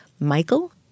Michael